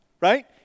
right